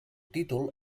títol